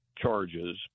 charges